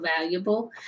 valuable